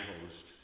closed